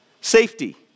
Safety